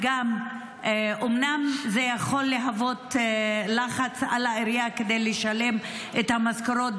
אומנם זה יכול להוות לחץ על העירייה לשלם את המשכורות,